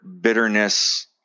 bitterness